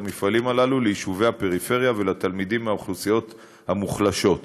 המפעלים הללו ליישובי הפריפריה ולתלמידים מהאוכלוסיות המוחלשות.